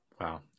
Wow